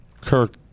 Kirk